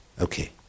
okay